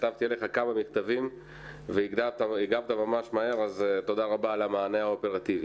כתבתי לך כמה מכתבים והגבת ממש מהר אז תודה רבה על המענה האופרטיבי.